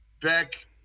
Beck